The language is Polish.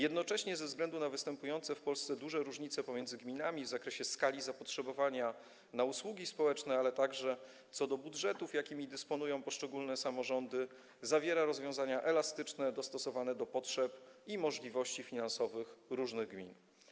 Jednocześnie ze względu na występujące w Polsce duże różnice pomiędzy gminami w zakresie skali zapotrzebowania na usługi społeczne, ale także co do budżetów, jakimi dysponują poszczególne samorządy, zawiera rozwiązania elastyczne, dostosowane do potrzeb i możliwości finansowych różnych gmin.